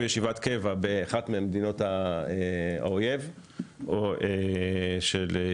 ישיבת קבע באחת ממדינות האויב של ישראל,